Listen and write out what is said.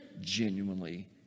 genuinely